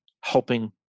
helping